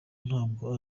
ntabwo